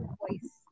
voice